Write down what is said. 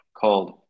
called